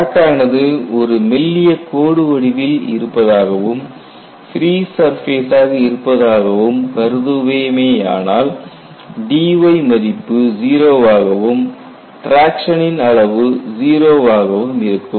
crack ஆனது ஒரு மெல்லிய கோடு வடிவில் இருப்பதாகவும் ஃபிரீ சர்ஃபேசாக இருப்பதாகவும் கருதுவேமேயானால் dy மதிப்பு 0 ஆகவும் டிராக்க்ஷனின் அளவு 0 வாகவும் இருக்கும்